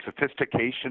sophistication